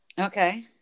okay